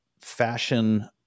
fashion